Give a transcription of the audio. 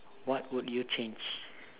what would you change